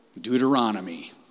Deuteronomy